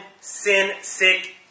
sin-sick